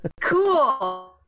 Cool